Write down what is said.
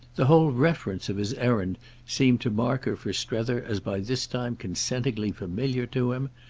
the whole reference of his errand seemed to mark her for strether as by this time consentingly familiar to him,